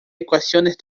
ecuaciones